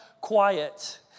quiet